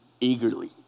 eagerly